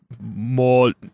more